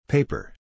Paper